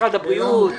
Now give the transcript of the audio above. משרד הבריאות?